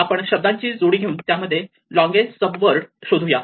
आपण शब्दांची जोडी घेऊन त्यामध्ये लोंगेस्ट कॉमन सब वर्ड शोधूया